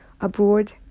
abroad